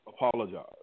apologize